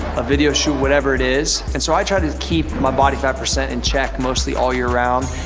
a video shoot, whatever it is, and so i try to keep my body fat percent in check mostly all year round.